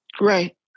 Right